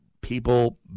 people